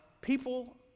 people